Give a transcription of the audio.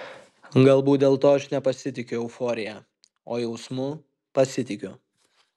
galbūt dėl to aš nepasitikiu euforija o jausmu pasitikiu